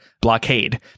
blockade